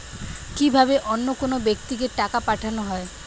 কি ভাবে অন্য কোনো ব্যাক্তিকে টাকা পাঠানো হয়?